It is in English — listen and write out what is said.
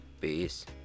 Peace